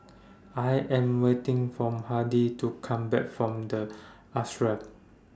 I Am waiting from Hardy to Come Back from The Ashram